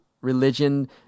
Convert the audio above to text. religion